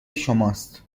شماست